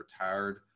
retired